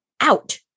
out